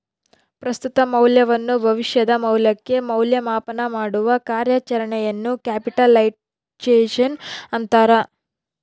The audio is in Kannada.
ಪ್ರಸ್ತುತ ಮೌಲ್ಯವನ್ನು ಭವಿಷ್ಯದ ಮೌಲ್ಯಕ್ಕೆ ಮೌಲ್ಯ ಮಾಪನಮಾಡುವ ಕಾರ್ಯಾಚರಣೆಯನ್ನು ಕ್ಯಾಪಿಟಲೈಸೇಶನ್ ಅಂತಾರ